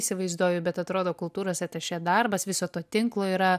įsivaizduoju bet atrodo kultūros atašė darbas viso to tinklo yra